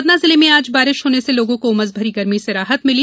सतना जिले में आज बारिश होने से लोगों को उमस भरी गर्मी से राहत मिली